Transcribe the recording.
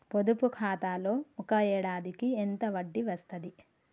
పొదుపు ఖాతాలో ఒక ఏడాదికి ఎంత వడ్డీ వస్తది?